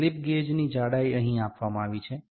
slip ગેજની જાડાઈ અહીં આપવામાં આવી છે